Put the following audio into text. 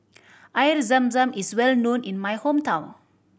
Air Zam Zam is well known in my hometown